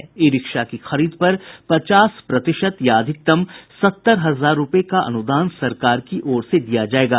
ई rickshaw की खरीद पर पचास प्रतिशत या अधिकतम सत्तर हजार रूपये का अनुदान सरकार की ओर से दिया जायेगा